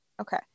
Okay